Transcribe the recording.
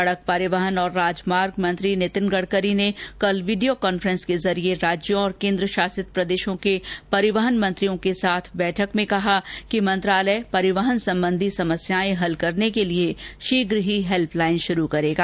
सड़क परिवहन और राजमार्ग मंत्री नितिन गडकरी ने कल वीडियो कॉफ्रेंस के जरिए राज्यों और केंद्र शासित प्रदेशों के परिवहन मंत्रियों के साथ बैठक में कहा कि मंत्रालय परिवहन संबंधी समस्याएं हल करने के लिए शीघ्र ही हेल्पलाइन शुरू करेगा